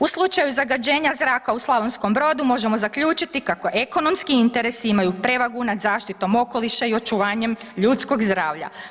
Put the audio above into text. U slučaju zagađenja zraka u Slavonskom Brodu možemo zaključiti kako ekonomski interes imaju prevagu nad zaštitom okoliša i očuvanjem ljudskog zdravlja.